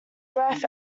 breath